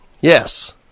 Yes